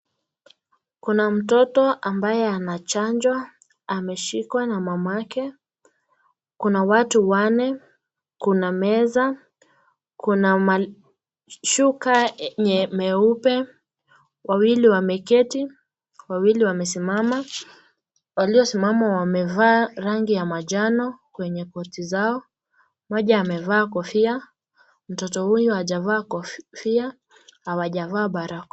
Kuna mtoto anachanjwa ameshikwa na mamake. Kuna watu wanne. Kuna meza. Kuna shuka nyeupe. Wawili wameketi, wawili wamesimama. Waliosimama wamevaa rangi ya manjano kwenye koti zao. Mmoja amevaa kofia. Mtoto huyu hajavaa kofia, hawajavaa barakoa.